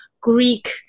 Greek